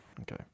okay